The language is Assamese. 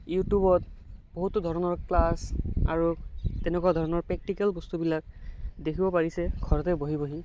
ইউটিউবত বহুতো ধৰণৰ ক্লাছ তেনেকুৱা ধৰণৰ প্ৰেক্টিকেল বস্তুবিলাক দেখিব পাৰিছে ঘৰতে বহি বহি